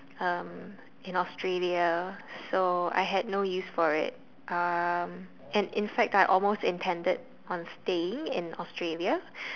um in Australia so I had no use for it um and in fact I almost intended on staying in Australia